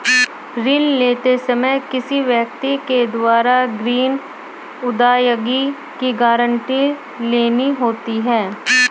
ऋण लेते समय किसी व्यक्ति के द्वारा ग्रीन अदायगी की गारंटी लेनी होती है